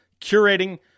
curating